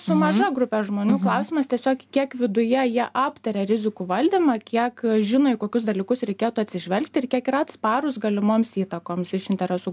su maža grupe žmonių klausimas tiesiog kiek viduje jie aptaria rizikų valdymą kiek žino į kokius dalykus reikėtų atsižvelgti ir kiek yra atsparūs galimoms įtakoms iš interesų